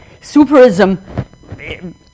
Superism